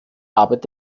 arbeit